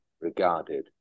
regarded